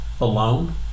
alone